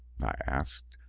i asked,